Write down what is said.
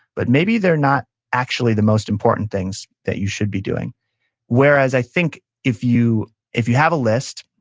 but maybe they're not actually the most important things that you should be doing whereas i think if you if you have a list,